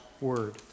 word